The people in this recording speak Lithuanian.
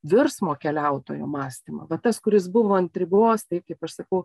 virsmo keliautojo mąstymą vat tas kuris buvo ant ribos taip kaip aš sakau